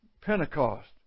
Pentecost